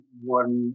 one